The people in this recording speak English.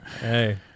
Hey